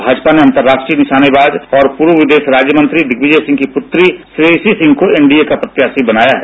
भाजपा ने अंतरराष्ट्रीय निशानेबाज और पूर्व विदेश राज्य मंत्री दिग्विजय सिंह की पुत्री श्रेयसी सिंह को एनडीए का प्रत्याशी बनाया है